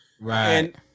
Right